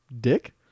Dick